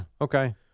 Okay